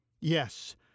Yes